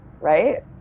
Right